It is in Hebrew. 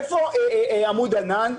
איפה עמוד ענן?